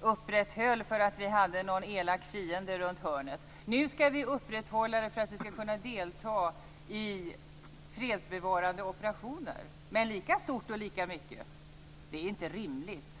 upprätthöll för att det fanns en elak fiende runt hörnet. Nu skall vi upprätthålla ett lika stort försvar för att vi skall kunna delta i fredsbevarande operationer. Det är inte rimligt.